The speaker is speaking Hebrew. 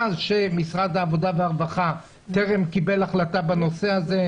שמשרד העבודה והרווחה טרם קיבל החלטה בנושא הזה.